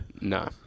No